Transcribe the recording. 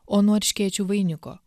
o nuo erškėčių vainiko